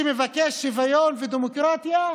שב ותירגע.